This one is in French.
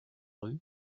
rue